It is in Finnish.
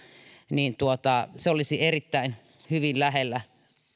niin se olisi erittäin hyvin